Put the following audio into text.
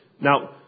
Now